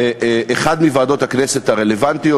באחת מוועדות הכנסת הרלוונטיות.